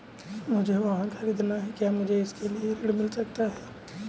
मुझे वाहन ख़रीदना है क्या मुझे इसके लिए ऋण मिल सकता है?